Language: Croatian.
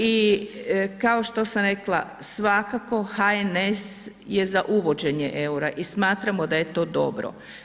I kao što sam rekla svakako HNS je za uvođenje EUR-a i smatramo da je to dobro.